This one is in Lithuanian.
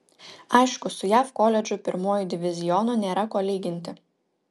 aišku su jav koledžų pirmuoju divizionu nėra ko lyginti